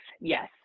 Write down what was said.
Yes